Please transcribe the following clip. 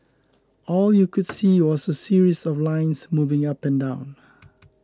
all you could see was a series of lines moving up and down